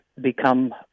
become